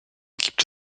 gibt